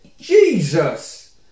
Jesus